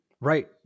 Right